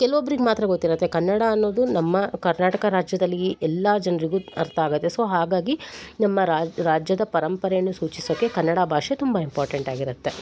ಕೆಲ್ವೊಬ್ರಿಗೆ ಮಾತ್ರ ಗೊತ್ತಿರುತ್ತೆ ಕನ್ನಡ ಅನ್ನೋದು ನಮ್ಮ ಕರ್ನಾಟಕ ರಾಜ್ಯದಲ್ಲಿ ಎಲ್ಲ ಜನರಿಗು ಅರ್ಥ ಆಗುತ್ತೆ ಸೊ ಹಾಗಾಗಿ ನಮ್ಮ ರಾಜ್ಯದ ಪರಂಪರೆಯನ್ನು ಸೂಚಿಸೋಕೆ ಕನ್ನಡ ಭಾಷೆ ತುಂಬ ಇಂಪಾರ್ಟೆಂಟ್ ಆಗಿರುತ್ತೆ